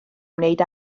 wneud